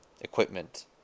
equipment